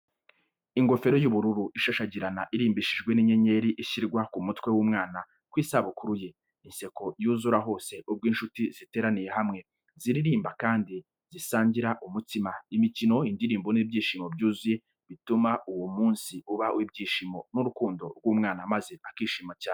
Ingofero y'ubururu ishashagirana, irimbishijwe n’inyenyeri, ishyirwa ku mutwe w'umwana ku isabukuru ye. Inseko yuzura hose ubwo inshuti ziteraniye hamwe, ziririmba kandi zisangira umutsima. Imikino, indirimbo n’ibyishimo byuzuye bituma uwo munsi uba uw’ibyishimo n’urukundo rw’ubwana maze akishima cyane.